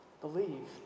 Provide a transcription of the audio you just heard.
Believe